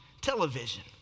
television